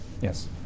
Yes